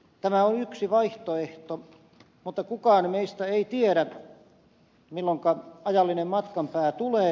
tämä on yksi vaihtoehto mutta kukaan meistä ei tiedä milloinka ajallinen matkanpää tulee